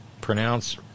pronounce